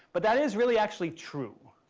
but that is really actually true.